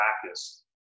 practice